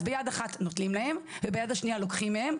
אז ביד אחת נותנים להם וביד השנייה לוקחים להם,